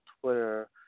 Twitter